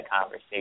conversation